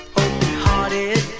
open-hearted